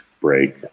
break